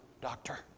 doctor